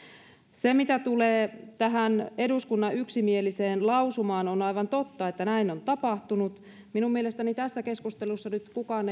mitä tulee tähän eduskunnan yksimieliseen lausumaan on aivan totta että näin on tapahtunut minun mielestäni tässä keskustelussa kukaan